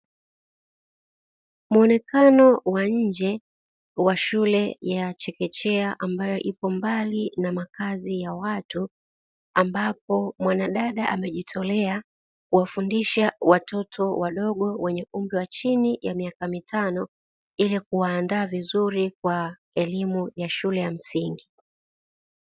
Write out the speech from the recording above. Muonekano wa nje wa shule ya chekechea ambayo ipo mbali na makazi ya watu, ambapo mwanadada amejitolea kuwafundisha watoto wadogo wenye umri wa chini ya miaka mitano, ili kuwaandaa vizuri kwa elimu ya shule ya msingi.